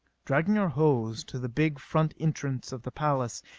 dragging our hose to the big front entrance of the palace,